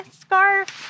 scarf